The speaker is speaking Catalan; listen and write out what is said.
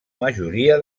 majoria